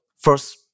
first